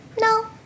No